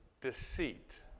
deceit